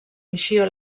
misio